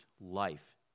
life